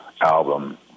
album